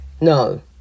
No